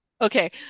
Okay